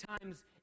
times